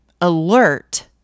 alert